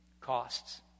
costs